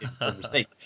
mistake